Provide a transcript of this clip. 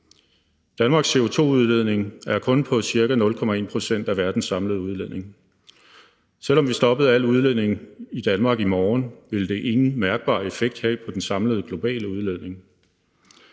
Danmarks CO2-udledning er kun på ca. 0,1 pct. af verdens samlede udledning. Selv om vi stoppede al udledning i Danmark i morgen, ville det ingen mærkbar effekt have på den samlede globale udledning.